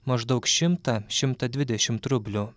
maždaug šimtą šimtą dvidešimt rublių